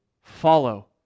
follow